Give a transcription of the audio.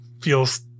feels